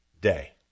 day